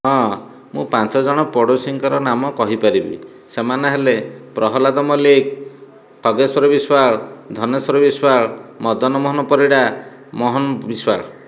ହଁ ମୁଁ ପାଞ୍ଚ ଜଣ ପଡ଼ୋଶୀଙ୍କର ନାମ କହିପାରିବି ସେମାନେ ହେଲେ ପ୍ରହ୍ଲାଦ ମଲ୍ଲିକ ଖଗେଶ୍ଵର ବିଶ୍ଵାଳ ଧନେଶ୍ଵର ବିଶ୍ଵାଳ ମଦନ ମୋହନ ପରିଡ଼ା ମୋହନ ବିଶ୍ଵାଳ